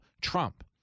Trump